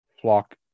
flock